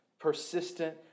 Persistent